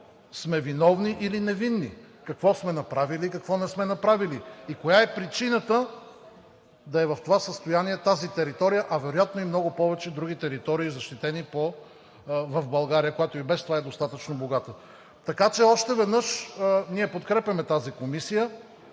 сме виновни или невинни; какво сме направили и какво не сме направили; коя е причината да е в това състояние тази територия, а вероятно и много повече други защитени територии в България, която и без това е достатъчно богата? Още веднъж, ние подкрепяме тази комисия.